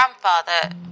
grandfather